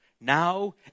now